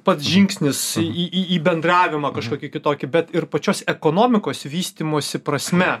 pats žingsnis į į į bendravimą kažkokį kitokį bet ir pačios ekonomikos vystymosi prasme